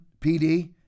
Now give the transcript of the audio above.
PD